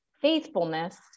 faithfulness